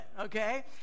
okay